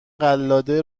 قلاده